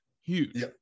huge